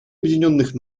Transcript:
объединенных